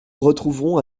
retrouvons